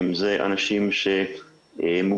זה אנשים שמובטלים,